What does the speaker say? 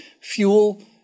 fuel